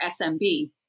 SMB